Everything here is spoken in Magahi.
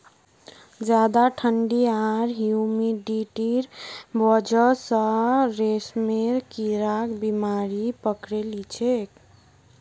ज्यादा ठंडी आर ह्यूमिडिटीर वजह स रेशमेर कीड़ाक बीमारी पकड़े लिछेक